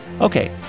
Okay